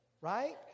right